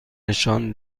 نشان